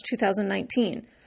2019